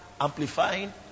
amplifying